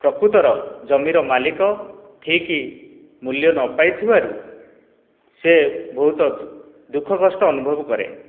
ପ୍ରକୃତର ଜମିର ମାଲିକ ଠିକ ମୂଲ୍ୟ ନ ପାଇଥିବାରୁ ସେ ବହୁତ ଦୁଃଖ କଷ୍ଟ ଅନୁଭବ କରେ